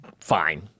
fine